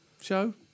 show